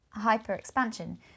hyperexpansion